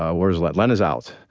ah where's len? len is out.